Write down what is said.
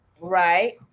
right